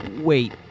wait